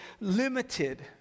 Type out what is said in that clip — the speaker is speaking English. limited